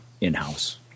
in-house